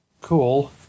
Cool